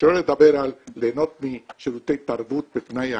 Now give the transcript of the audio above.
שלא לדבר על ליהנות משירותי תרבות ופנאי אחרים,